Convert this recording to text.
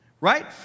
Right